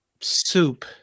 Soup